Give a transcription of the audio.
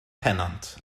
pennant